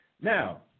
Now